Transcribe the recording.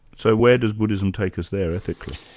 so where does buddhism take us there, ethically?